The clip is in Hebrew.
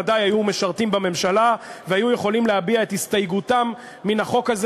ודאי היו משרתים בממשלה והיו יכולים להביע את הסתייגותם מן החוק הזה,